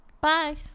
Bye